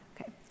Okay